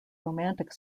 romantic